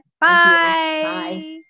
Bye